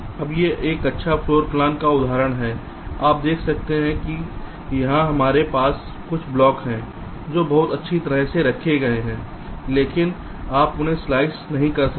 अब ये एक फ्लोर प्लान का उदाहरण हैं आप देख सकते हैं यहां हमारे पास कुछ ब्लॉक हैं जो बहुत अच्छी तरह से रखे गए हैं लेकिन आप उन्हें स्लाइस नहीं कर सकते